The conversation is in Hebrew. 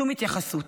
שום התייחסות.